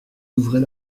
ouvrez